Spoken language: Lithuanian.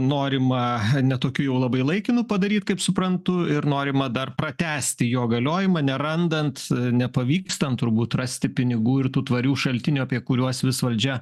norima ne tokiu jau labai laikinu padaryt kaip suprantu ir norima dar pratęsti jo galiojimą nerandant nepavykstant turbūt rasti pinigų ir tų tvarių šaltinių apie kuriuos vis valdžia